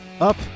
up